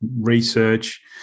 research